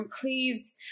please